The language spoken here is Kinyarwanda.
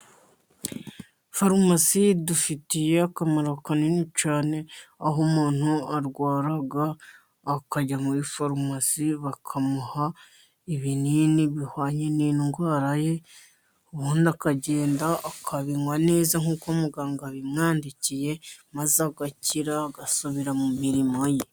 Farumasi idufitiye akamaro kanini cyane, aho umuntu arwara akajya muri farumasi bakamuha ibinini bihwanye n'indwara ye, ubundi akagenda akabinywa neza nk'uko muganga abimwandikiye, maze agakira agasubira mu mirimo ye.